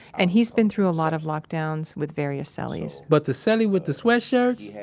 and he's been through a lot of lockdowns with various cellies but the cellie with the sweatshirts,